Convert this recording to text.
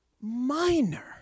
minor